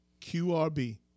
QRB